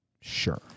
Sure